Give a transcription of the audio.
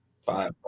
Five